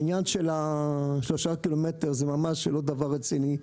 העניין של שלושת הקילומטרים זה לא דבר רציני.